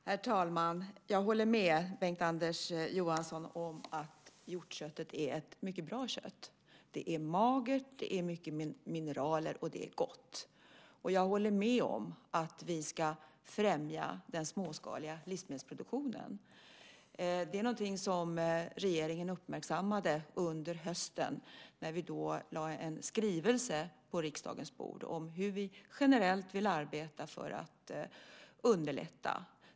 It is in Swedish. Herr talman! Jag håller med Bengt-Anders Johansson om att hjortköttet är ett mycket bra kött. Det är magert, det innehåller mycket mineraler och det är gott. Jag håller med om att vi ska främja den småskaliga livsmedelsproduktionen. Det är något som regeringen uppmärksammade under hösten när vi lade en skrivelse på riksdagens bord om hur vi generellt vill arbeta för att underlätta.